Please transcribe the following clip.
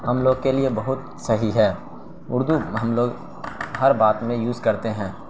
ہم لوگ کے لیے بہت صحیح ہے اردو ہم لوگ ہر بات میں یوز کرتے ہیں